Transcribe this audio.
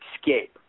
escape